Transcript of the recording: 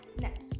next